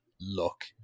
look